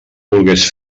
volgués